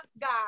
God